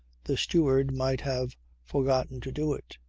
the steward might have forgotten to do it.